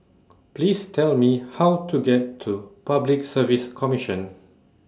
Please Tell Me How to get to Public Service Commission